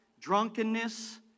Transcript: Drunkenness